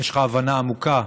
ויש לך הבנה עמוקה,